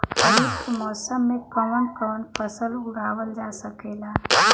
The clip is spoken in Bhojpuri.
खरीफ के मौसम मे कवन कवन फसल उगावल जा सकेला?